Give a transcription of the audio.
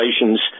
Relations